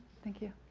thank you,